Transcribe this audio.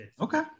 Okay